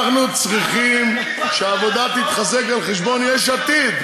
אנחנו צריכים שהעבודה תתחזק על חשבון יש עתיד.